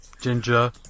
Ginger